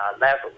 level